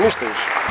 Ništa više.